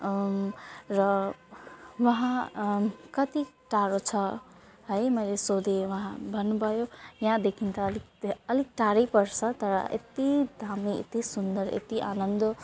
र वहाँ कति टाढो छ है मैले सोधेँ वहाँ भन्नुभयो यहाँदेखि त अलिक अलिक टाढै पर्छ तर यति दामी यति सुन्दर यति आनन्द